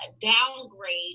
downgrade